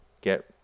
get